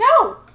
No